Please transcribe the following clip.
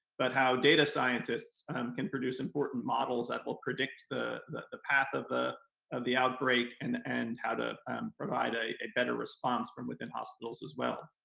but how data scientists can produce important models that will predict the the path of the of the outbreak and and how to provide a a better response from within hospitals as well.